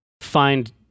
find